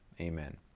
amen